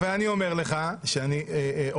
ואני אומר לך, שאני עומד